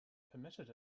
permitted